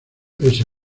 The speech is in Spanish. ese